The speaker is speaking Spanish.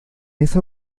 esa